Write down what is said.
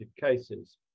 cases